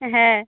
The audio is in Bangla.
হ্যাঁ